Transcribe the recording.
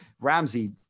ramsey